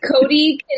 Cody